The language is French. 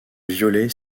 violet